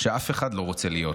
שאף אחד לא רוצה להיות.